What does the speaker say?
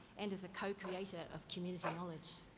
and as a co-creator of community knowledge.